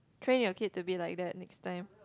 train your kid to be like that next time